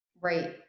Right